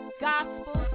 gospel